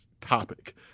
topic